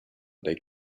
they